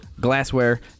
glassware